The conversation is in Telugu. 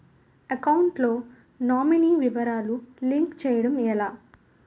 అకౌంట్ లో నామినీ వివరాలు లింక్ చేయటం ఎలా?